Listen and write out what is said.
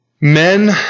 men